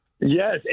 Yes